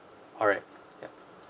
alright